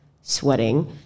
sweating